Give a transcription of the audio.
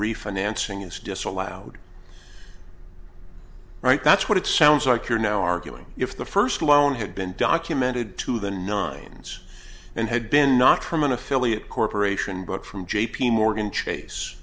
refinancing is disallowed right that's what it sounds like you're now arguing if the first loan had been documented to the nine s and had been not from an affiliate corp but from j p morgan chase